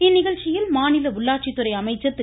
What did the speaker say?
இந்நிகழ்ச்சியில் மாநில உள்ளாட்சித்துறை அமைச்சர் திரு